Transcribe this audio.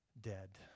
dead